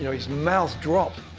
you know his mouth dropped.